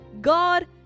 God